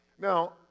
Now